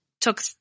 Took